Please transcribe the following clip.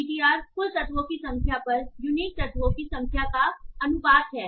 TTR कुल तत्वों की संख्या पर यूनीक तत्वों की संख्या का अनुपात है